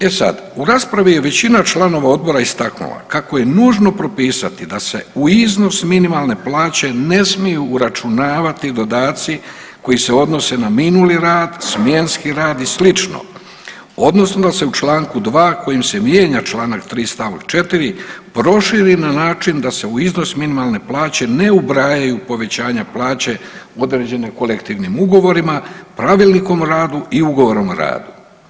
E sad, raspravi je većina članova odbora istaknula kako je nužno propisati da se u iznos minimalne plaće ne smije uračunavati dodaci koji se odnose na minuli rad, smjenski rad i sl. odnosno da se u čl. 2. kojim se mijenja čl. 3. st. 4. proširi na način da se u iznos minimalne plaće ne ubrajaju povećanja plaće određene kolektivnim ugovorima, pravilnikom o radu i ugovorom o radu.